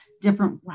different